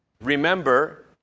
Remember